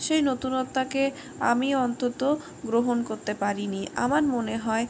সেই নতুনত্বকে আমি অন্তত গ্রহণ করতে পারিনি আমার মনে হয়